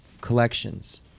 collections